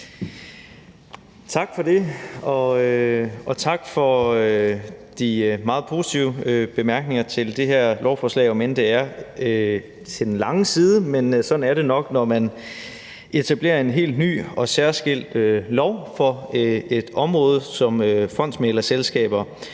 Tak for det. Og tak for de meget positive bemærkninger til det her lovforslag, om end det er til den lange side, men sådan er det nok, når man etablerer en helt ny og særskilt lov for et område som fondsmæglerselskaber